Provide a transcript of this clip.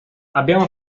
abbiamo